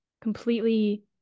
completely